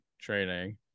training